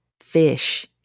fish